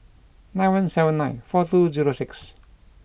nine one seven nine four two zero six